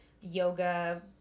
yoga